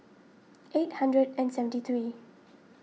eight hundred and seventy three